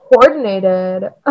coordinated